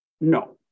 No